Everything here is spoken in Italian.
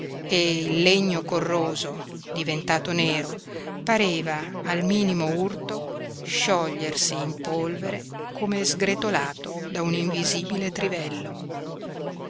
e il legno corroso diventato nero pareva al minimo urto sciogliersi in polvere come sgretolato da un invisibile trivello